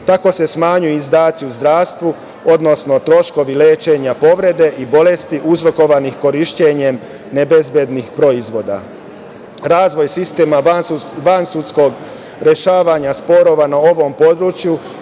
se smanjuju izdaci u zdravstvu, odnosno troškovi lečenja povrede i bolesti, uzrokovanih korišćenjem nebezbednih proizvoda. Razvoj sistema van sudskog rešavanja sporova na ovom području,